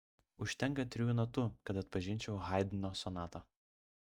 užtenka trijų natų kad atpažinčiau haidno sonatą